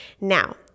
Now